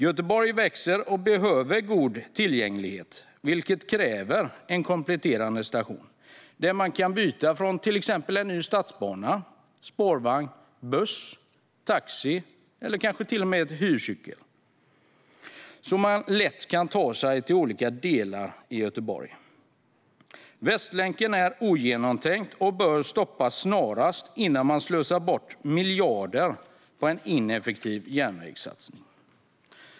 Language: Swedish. Göteborg växer och behöver god tillgänglighet, vilket kräver en kompletterande station, där man kan byta från till exempel en ny stadsbana, spårvagn, buss, taxi eller kanske till och med hyrcykel, så att man lätt kan ta sig till olika delar i Göteborg. Västlänken är ogenomtänkt och bör stoppas snarast innan man slösar bort miljarder på en ineffektiv järnvägssatsning.